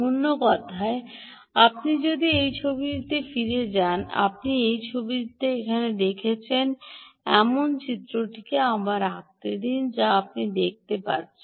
অন্য কথায় আপনি যদি এই ছবিটিতে ফিরে যান আপনি এই ছবিটি এখানে দেখছেন এমন চিত্রটি আবার আঁকতে দিন যা আপনি দেখতে পাচ্ছেন